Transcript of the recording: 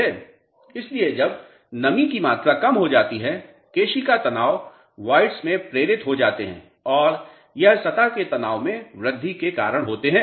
इसलिए जब नमी की मात्रा कम हो जाती है केशिका तनाव voids में प्रेरित हो जाते हैं और यह सतह के तनाव में वृद्धि के कारण होता है